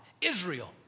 Israel